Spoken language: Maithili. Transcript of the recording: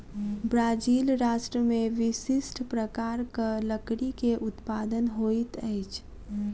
ब्राज़ील राष्ट्र में विशिष्ठ प्रकारक लकड़ी के उत्पादन होइत अछि